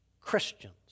Christians